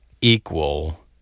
Equal